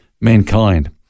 mankind